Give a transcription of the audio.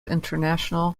international